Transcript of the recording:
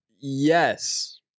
Yes